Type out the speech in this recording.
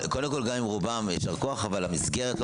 גם אם רובם יישר כוח אבל המסגרת לא